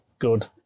good